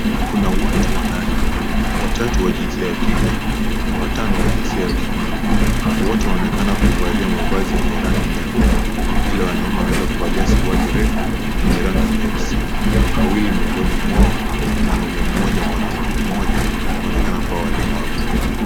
Kuna watu wanane. Watatu wa jinsia ya kike na watano wa jinsia ya kiume. Wote waonekana kuvalia mavazi yenye rangi nyekundu, ila wanaume wamevalia suruali refu zenye rangi nyeusi. Wawili miongoni mwao, mwanaume moja na mwanamke moja , wanaonekana kuwa walemavu.